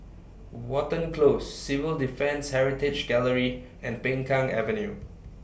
Watten Close Civil Defence Heritage Gallery and Peng Kang Avenue